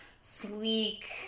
sleek